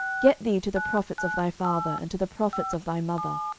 get thee to the prophets of thy father, and to the prophets of thy mother.